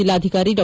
ಜಿಲ್ಲಾಧಿಕಾರಿ ಡಾ